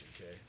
okay